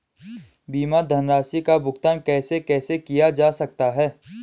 बीमा धनराशि का भुगतान कैसे कैसे किया जा सकता है?